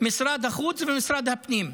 משרד החוץ ומשרד הפנים,